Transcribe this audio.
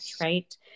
Right